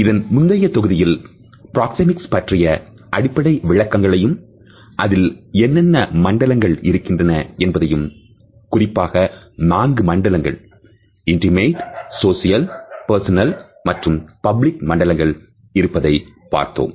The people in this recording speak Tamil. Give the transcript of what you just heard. இதற்கு முந்தைய தொகுதியில் பிராக்சேமிக்ஸ் பற்றிய அடிப்படை விளக்கங்களையும் அதில் என்னென்ன மண்டலங்கள் இருக்கின்றன என்பதையும் குறிப்பாக நான்கு மண்டலங்கள் இன்டிமேட் சோசியல் பெர்சனல் மற்றும் பப்ளிக் மண்டலங்கள் இருப்பதையும் பார்த்தோம்